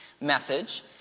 message